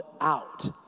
out